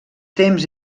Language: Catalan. temps